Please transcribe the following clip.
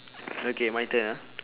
okay my turn ah